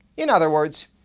in other words,